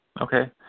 Okay